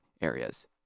areas